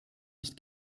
nicht